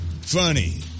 funny